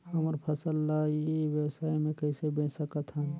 हमर फसल ल ई व्यवसाय मे कइसे बेच सकत हन?